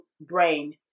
brain